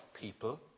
people